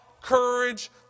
courage